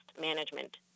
Management